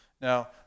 Now